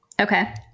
Okay